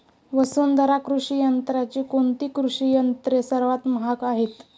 वसुंधरा कृषी यंत्राची कोणती कृषी यंत्रे सर्वात महाग आहेत?